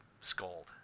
scold